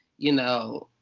you know.